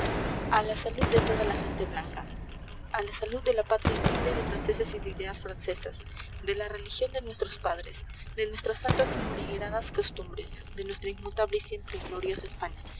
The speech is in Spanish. a la salud de toda la gente blanca a la salud de la patria libre de franceses y de ideas francesas de la religión de nuestros padres de nuestras santas y morigeradas costumbres de nuestra inmutable y siempre gloriosa españa